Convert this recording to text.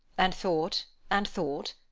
and thought, and thought,